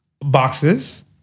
boxes